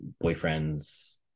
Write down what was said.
boyfriend's